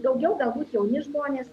daugiau galbūt jauni žmonės